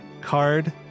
card